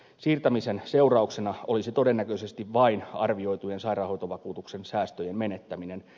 siirtämisen seurauksena olisi todennäköisesti vain arvioitujen sairaanhoitovakuutusten säästöjen menettäminen